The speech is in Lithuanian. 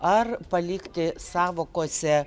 ar palikti sąvokose